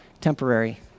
temporary